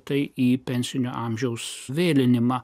tai į pensinio amžiaus vėlinimą